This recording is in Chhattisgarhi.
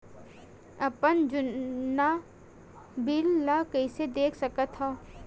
अपन जुन्ना बिल ला कइसे देख सकत हाव?